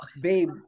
Babe